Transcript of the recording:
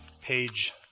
page